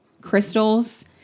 crystals